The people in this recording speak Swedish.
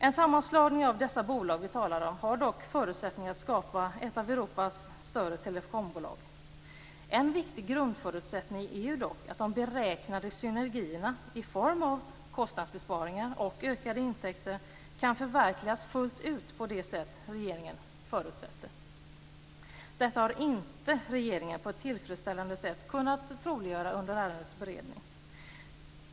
En sammanslagning av dessa bolag har förutsättningen att skapa ett av Europas större telekombolag. En viktig grundförutsättning är dock att de beräknade synergierna, i form av kostnadsbesparingar och ökade intäkter, kan förverkligas fullt ut på det sätt som regeringen förutsätter. Detta har inte regeringen på ett tillfredsställande sätt kunnat troliggöra under ärendets beredning.